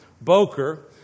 Boker